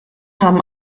haben